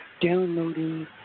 Downloading